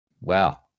wow